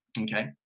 okay